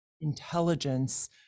intelligence